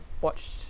watched